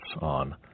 on